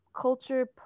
culture